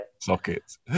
Sockets